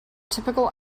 typical